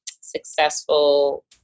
successful